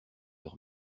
leur